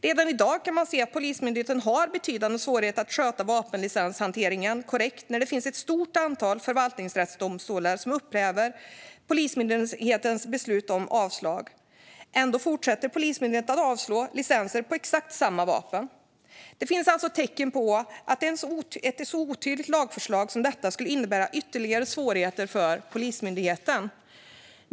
Redan i dag kan man se att Polismyndigheten har betydande svårigheter att sköta vapenlicenshanteringen korrekt, för det finns ett stort antal förvaltningsrättsdomar som upphäver Polismyndighetens beslut om avslag. Ändå fortsätter Polismyndigheten att avslå licenser på exakt samma vapen. Det finns alltså tecken på att ett så otydligt lagförslag som detta skulle innebära ytterligare svårigheter för Polismyndigheten.